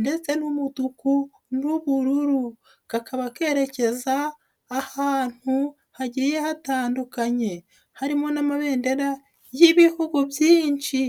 ndetse n'umutuku, n'ubururu, kakaba kerekeza ahantu hagiye hatandukanye harimo n'amabendera y'ibihugu byinshi.